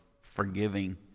forgiving